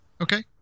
Okay